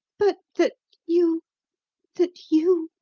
but that you that you.